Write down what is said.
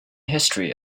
history